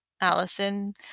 Allison